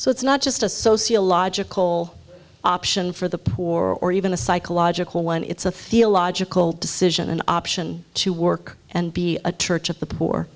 so it's not just a sociological option for the poor or even a psychological one it's a theological decision an option to work and be a target of the poor